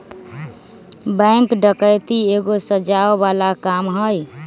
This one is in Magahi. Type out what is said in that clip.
बैंक डकैती एगो सजाओ बला काम हई